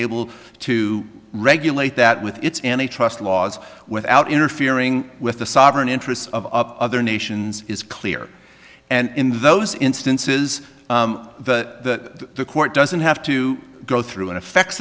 able to regulate that with it's and the trust laws without interfering with the sovereign interests of other nations is clear and in those instances the court doesn't have to go through an effects